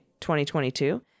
2022